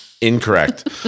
Incorrect